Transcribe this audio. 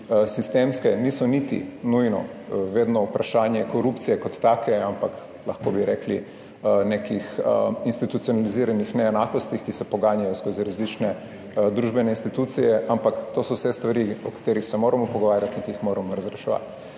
sistemske, niso niti nujno vedno vprašanje korupcije kot take, ampak lahko bi rekli nekih institucionaliziranih neenakosti, ki se poganjajo skozi različne družbene institucije. Ampak to so vse stvari o katerih se moramo pogovarjati in ki jih moramo **53.